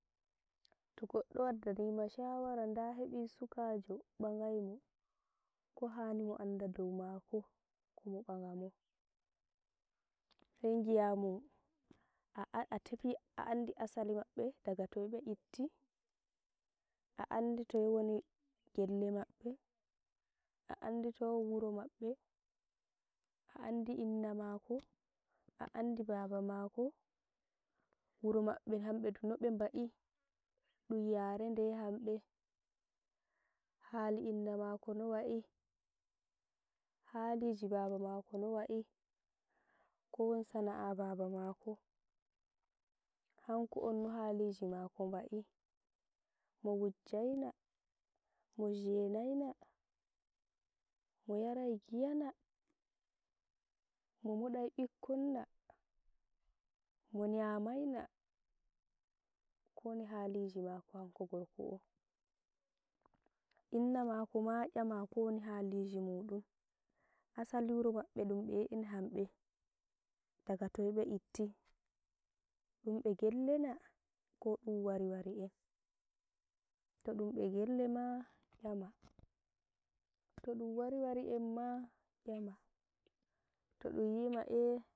To goɗɗo waddanima shawara da heɓi sukajo ɓangai mo, kohani mo anda dow mako? komo ɓangamo. Hei gi'amo a- a a tefi a'andi asali maɓɓe daga toye be yibti? a andi toye woni gelle maɓɓe? a andi ton wuro maɓɓe a andi inna mako a andi baba mako wuro maɓɓe hamɓe dune ɓem ba'i? ɗun yaran de hamɓe hali inna mako no wa'i, hali ji baba mako no wa'i? ko sana'a baba mako hanko no haliji nako wa'i Mo wujjai na?, mo jeenai na?, mo yarai giyana?, mo modai bikkon na? mo nyamai na? kowoni haliji mako hanko gorko O? Inna mako ma yama kowoni haliji muɗum, asali wuro maɓɓe ɗum beye en hamɓe, daga toye ɓe yipti? dumɓe gelle na? ko ɗum wari wari en? To ɗum ɓe gelle ma, yama, toɗum wari wari en ma yama toɗum wima e.